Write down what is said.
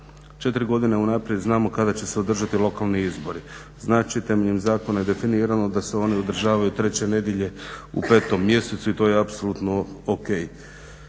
4 godine unaprijed znamo kada će se održati lokalni izbori. Znači, temeljem zakona je definirano da se oni održavaju treće nedjelje u petom mjesecu i to je apsolutno o.k.